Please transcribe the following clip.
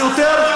אני